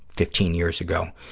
fifteen years ago.